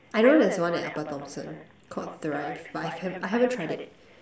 I know there's one at upper Thomson called thrive but I have I haven't tried it